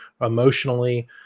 emotionally